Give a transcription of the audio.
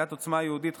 סיעת עוצמה יהודית,